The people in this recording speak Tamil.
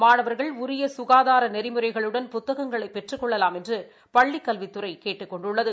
மாணவர்கள் உரிய சுகாதார நெறிமுறைகளுடன் புத்தகங்களை பெற்றுக் கொள்ளலாம் என்று பள்ளிக் கல்வித்துறை கேட்டுக் கொண்டுள்ளது